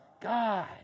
God